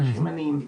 אנשים עניים.